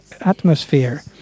atmosphere